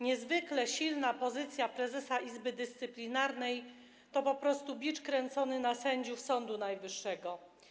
Niezwykle silna pozycja prezesa Izby Dyscyplinarnej to po prostu bicz kręcony na sędziów Sądu Najwyższego.